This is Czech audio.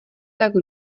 tak